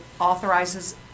authorizes